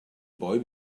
boy